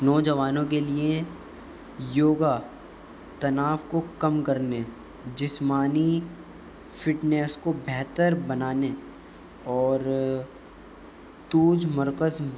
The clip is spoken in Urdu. نوجوانوں کے لیے یوگا تناؤ کو کم کرنے جسمانی فٹنیس کو بہتر بنانے اور توج مرکز